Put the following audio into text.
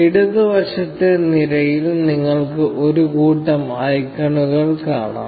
ഇടത് വശത്തെ നിരയിൽ നിങ്ങൾക്ക് ഒരു കൂട്ടം ഐക്കണുകൾ കാണാം